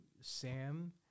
Sam